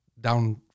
down